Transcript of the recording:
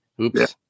Oops